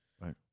Right